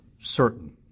certain